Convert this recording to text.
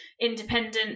independent